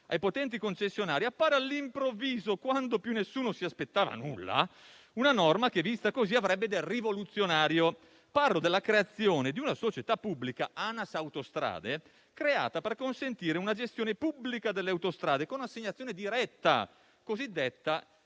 ai potenti concessionari, appare all'improvviso, quando più nessuno si aspettava nulla, una norma che, vista così, avrebbe del rivoluzionario. Mi riferisco alla creazione di una società pubblica, ANAS Autostrade, creata per consentire una gestione pubblica delle autostrade, con assegnazione diretta, cosiddetta